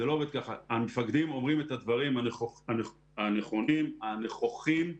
המפקדים אמרים את הדברים הנכונים, הנכוחים.